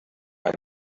ein